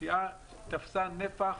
הפשיעה תפסה נפח